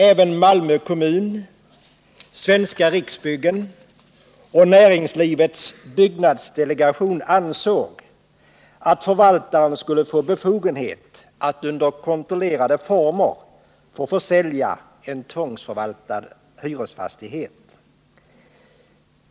Även Malmö kommun, Svenska riksbyggen och Näringslivets byggnadsdelegation ansåg att förvaltaren skulle ha befogenhet att under kontrollerade former försälja en tvångsförvaltad hyresfastighet.